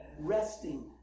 resting